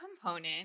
component